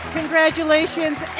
Congratulations